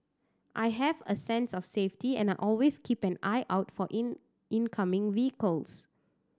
I have a sense of safety and I always keep an eye out for in incoming vehicles